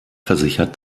versichert